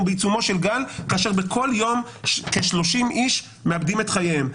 בעיצומו של גל כאשר בכל יום כ-30 איש מאבדים את חייהם.